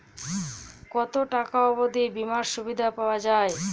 কত টাকা অবধি বিমার সুবিধা পাওয়া য়ায়?